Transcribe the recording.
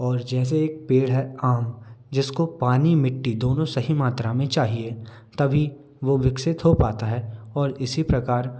और जैसे एक पेड़ है आम जिसको पानी मिट्टी दोनों सही मात्रा में चाहिए तभी वो विकसित हो पता है और इसी प्रकार